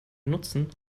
nutzen